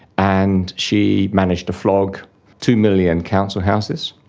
and she managed to flog two million council houses.